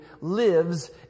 lives